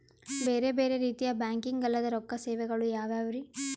ಬೇರೆ ಬೇರೆ ರೀತಿಯ ಬ್ಯಾಂಕಿಂಗ್ ಅಲ್ಲದ ರೊಕ್ಕ ಸೇವೆಗಳು ಯಾವ್ಯಾವ್ರಿ?